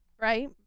right